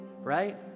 right